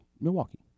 Milwaukee